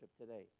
today